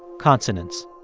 consonants